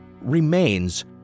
remains